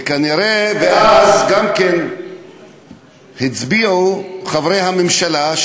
ואז הצביעו חברי הממשלה,